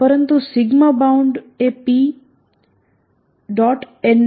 પરંતુ sigma bound b એ P